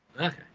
Okay